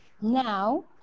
now